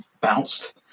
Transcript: bounced